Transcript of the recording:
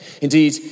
Indeed